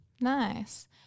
nice